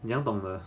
你怎样懂的